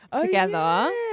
together